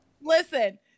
Listen